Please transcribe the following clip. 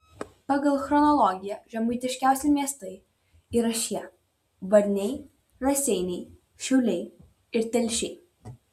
pagal chronologiją žemaitiškiausi miestai yra šie varniai raseiniai šiauliai ir telšiai